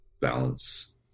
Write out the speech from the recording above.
Balance